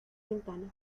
ventana